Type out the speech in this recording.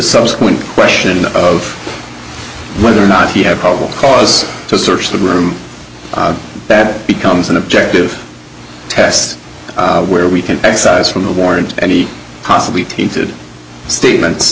subsequent question of whether or not he had probable cause to search the room that becomes an objective test where we can excise from the warrant any possibly tainted statements